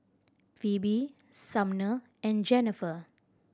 Phebe Sumner and Jennifer